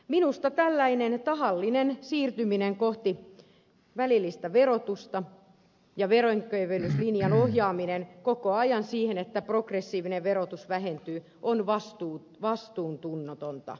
minusta tällainen tahallinen siirtyminen kohti välillistä verotusta ja veronkevennyslinjan ohjaaminen koko ajan siihen että progressiivinen verotus vähentyy on vastuuntunnotonta